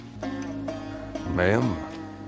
ma'am